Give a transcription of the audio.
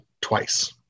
twice